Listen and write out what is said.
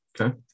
Okay